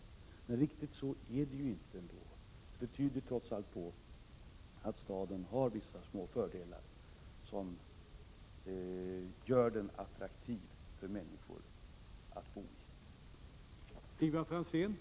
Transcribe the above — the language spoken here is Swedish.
Men riktigt så är det ju ändå inte. Det tyder trots allt på att staden har vissa små fördelar, som gör den attraktiv för människor att bo i.